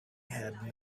had